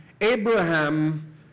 Abraham